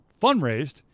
fundraised